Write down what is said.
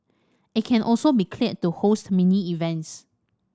it can also be cleared to host mini events